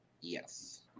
Yes